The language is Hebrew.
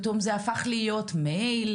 פתאום זה הפך להיות מייל,